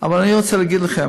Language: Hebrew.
אבל אני רוצה להגיד לכם,